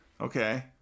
Okay